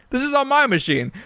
this is on my machine.